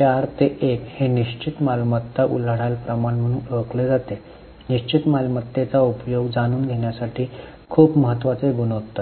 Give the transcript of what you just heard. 4 ते 1 हे निश्चित मालमत्ता उलाढाल प्रमाण म्हणून ओळखले जाते निश्चित मालमत्तेचा उपयोग जाणून घेण्यासाठी खूप महत्वाचे गुणोत्तर